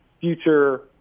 future